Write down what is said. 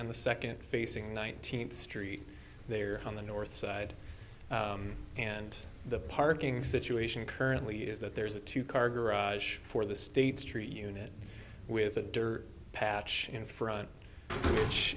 on the second facing nineteenth street there on the north side and the parking situation currently is that there is a two car garage for the state street unit with a dirt patch in front